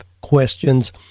questions